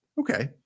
Okay